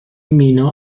مینا